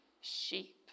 sheep